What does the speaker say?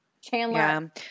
Chandler